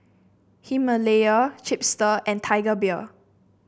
Himalaya Chipster and Tiger Beer